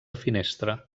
finestra